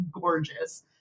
gorgeous